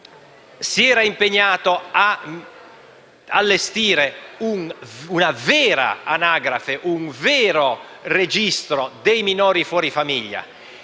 si era impegnato ad allestire una vera anagrafe, un vero registro dei minori fuori famiglia.